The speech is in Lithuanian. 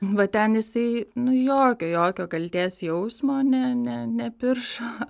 va ten jisai nu jokio jokio kaltės jausmo ne ne nepiršo